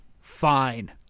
fine